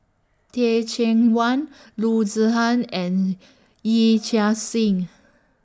Teh Cheang Wan Loo Zihan and Yee Chia Hsing